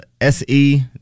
S-E